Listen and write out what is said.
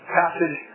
passage